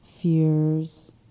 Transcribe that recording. fears